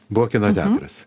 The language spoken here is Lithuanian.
buvo kino teatras